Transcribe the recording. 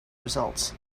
results